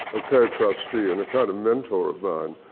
a co-trustee, and a kind of mentor of mine,